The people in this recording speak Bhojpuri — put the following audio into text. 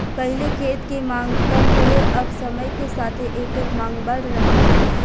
पहिले खेत के मांग कम रहे अब समय के साथे एकर मांग बढ़ रहल बा